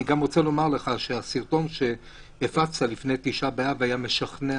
אני גם רוצה לומר לך שהסרטון שהפצת לפני תשעה באב היה משכנע,